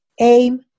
aim